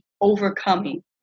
overcoming